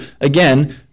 Again